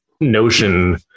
notion